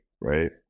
right